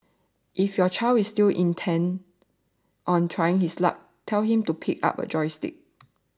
if your child is still intent on trying his luck tell him to pick up a joystick